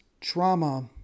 Trauma